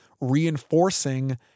reinforcing